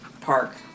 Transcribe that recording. park